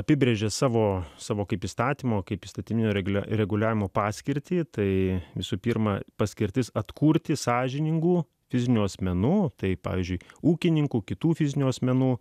apibrėžė savo savo kaip įstatymo kaip įstatyminio regbio reguliavimo paskirtį tai visų pirma paskirtis atkurti sąžiningų fizinių asmenų tai pavyzdžiui ūkininkų kitų fizinių asmenų